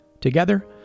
Together